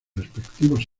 respectivos